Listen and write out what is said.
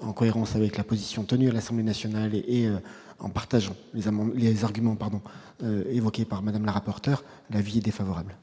en cohérence avec la position tenue à l'Assemblée nationale et et en partageant les amendes, les arguments pardon évoqués par Madame la rapporteur d'avis défavorable.